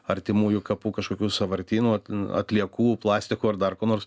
artimųjų kapų kažkokių sąvartynų atliekų plastiko ar dar ko nors